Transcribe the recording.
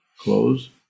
close